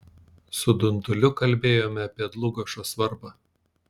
su dunduliu kalbėjome apie dlugošo svarbą